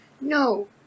No